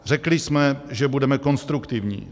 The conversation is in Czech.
Řekli jsme, že budeme konstruktivní.